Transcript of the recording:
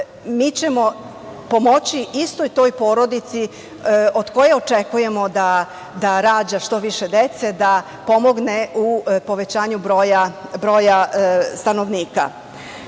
mi ćemo pomoći istoj toj porodici, od koje očekujemo da rađa što više dece, da pomogne u povećanju broja stanovnika. Ja